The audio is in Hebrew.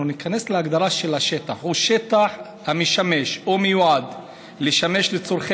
אנחנו ניכנס להגדרה של השטח: "שטח המשמש או מיועד לשמש לצורכי